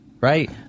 right